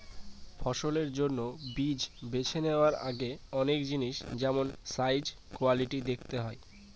ফসলের জন্য বীজ বেছে নেওয়ার আগে অনেক জিনিস যেমল সাইজ, কোয়ালিটি দেখতে হয়